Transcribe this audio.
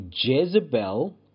Jezebel